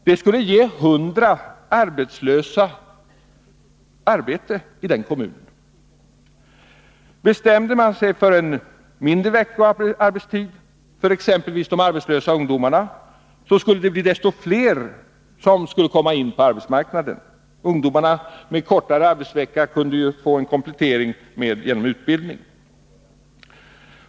Det skulle ge hundra arbetslösa arbete i den kommunen. Bestämde man sig för en mindre veckoarbetstid för exempelvis de arbetslösa ungdomarna skulle desto fler komma in på arbetsmarknaden. Ungdomar med kortare arbetsvecka kunde få komplettering genom utbildning.